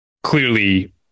clearly